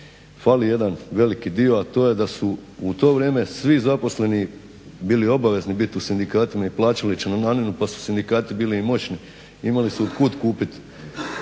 Fali jedan veliki dio, a to je da su u to vrijeme svi zaposleni bili obavezni biti u sindikatima i plaćali članarinu pa su sindikati bili i moćni, imali su otkud kupiti